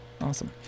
awesome